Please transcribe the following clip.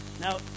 Now